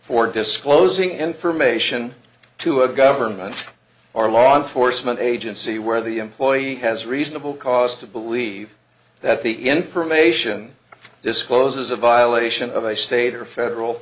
for disclosing information to a government or law enforcement agency where the employee has reasonable cause to believe that the information discloses a violation of a state or federal